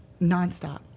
nonstop